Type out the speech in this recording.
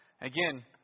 Again